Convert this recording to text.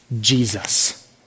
Jesus